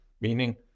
meaning